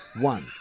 One